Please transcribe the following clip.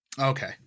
Okay